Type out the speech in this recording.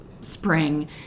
spring